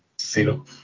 zero